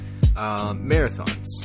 Marathons